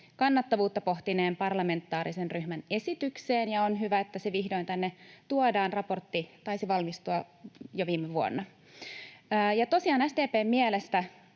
kannattavuutta pohtineen parlamentaarisen ryhmän esitykseen, ja on hyvä, että se vihdoin tänne tuodaan. Raportti taisi valmistua jo viime vuonna. Tosiaan SDP:n mielestä